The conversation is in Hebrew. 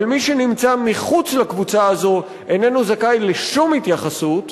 מי שנמצא מחוץ לקבוצה הזו איננו זכאי לשום התייחסות,